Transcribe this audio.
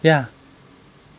ya